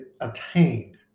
attained